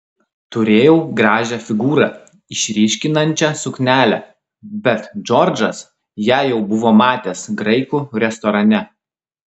turėjau gražią figūrą išryškinančią suknelę bet džordžas ją jau buvo matęs graikų restorane